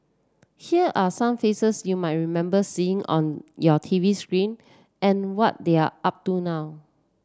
here are some faces you might remember seeing on your T V screen and what they're up to now